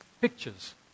pictures